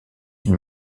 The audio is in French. une